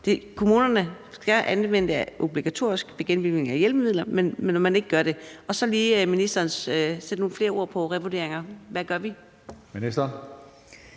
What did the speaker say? kommunerne skal anvende det obligatorisk ved genbevilling af hjælpemidler. Men hvad, når man ikke gør det? Og så vil jeg lige høre, om ministeren vil sætte nogle flere ord på revurderinger: Hvad gør vi?